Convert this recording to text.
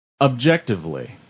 objectively